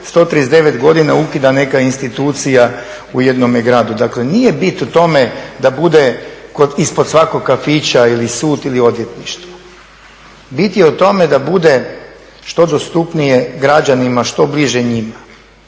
139 godina ukida neka institucija u jednome gradu. Dakle, nije bit u tome da bude ispod svakog kafića ili sud ili odvjetništvo. Bit je u tome da bude što dostupnije građanima, što bliže njima.